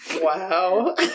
Wow